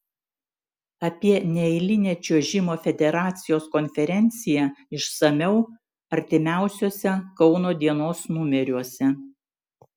apie neeilinę čiuožimo federacijos konferenciją išsamiau artimiausiuose kauno dienos numeriuose